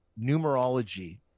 numerology